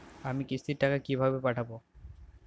আমি কিস্তির টাকা কিভাবে পাঠাব?